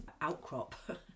outcrop